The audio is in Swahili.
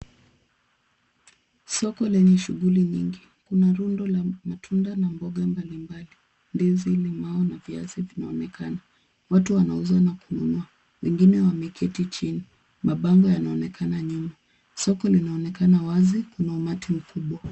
Soko lenye shughuli nyingi. Kuna rundo la matunda na mboga mbalimbali ndizi, limao na viazi vinaonekana. Watu wanauza na kunua, wengine wameketi chini. Mabango yanaoenakana nyuma. Soko linaonekana wazi lina umati mkubwa.